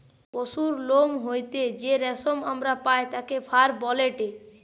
পশুর লোম হইতে যেই রেশম আমরা পাই তাকে ফার বলেটে